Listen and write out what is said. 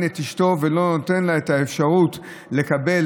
את אשתו ולא נותן לה את האפשרות לקבל,